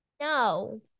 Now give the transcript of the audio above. No